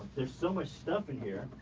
there's so much stuff in here